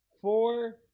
Four